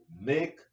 make